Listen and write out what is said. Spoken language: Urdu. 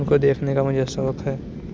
اُن کو دیکھنے کا مجھے شوق ہے